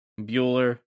bueller